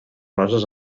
roses